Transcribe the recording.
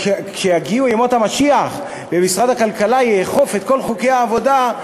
כשיגיעו ימות המשיח ומשרד הכלכלה יאכוף את כל חוקי העבודה,